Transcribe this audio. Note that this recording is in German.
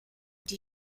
die